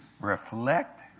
reflect